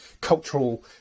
cultural